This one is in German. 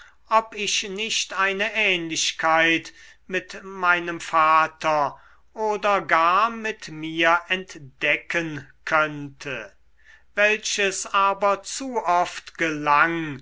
ob ich nicht eine ähnlichkeit mit meinem vater oder gar mit mir entdecken könnte welches aber zu oft gelang